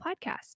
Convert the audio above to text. podcast